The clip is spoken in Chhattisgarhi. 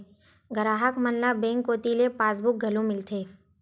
गराहक मन ल बेंक कोती ले पासबुक घलोक मिलथे